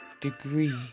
degree